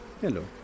Hello